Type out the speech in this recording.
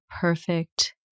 perfect